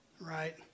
right